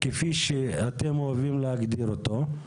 כפי שאתם אוהבים להגדיר אותו,